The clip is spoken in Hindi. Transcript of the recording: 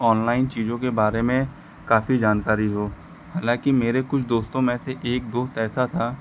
ऑनलाइन चीज़ों के बारे में काफी जानकारी हो हालांकि मेरे कुछ दोस्तों में से एक दोस्त ऐसा था